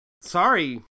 Sorry